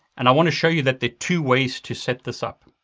and i want to show you that there are two ways to set this up.